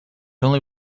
only